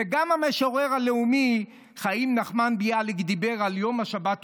וגם המשורר הלאומי חיים נחמן ביאליק דיבר על יום השבת,